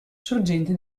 sorgente